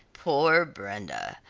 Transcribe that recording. poor brenda!